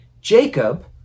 Jacob